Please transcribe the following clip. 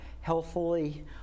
healthfully